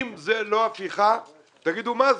אם זאת לא הפיכה תגידו מה זה.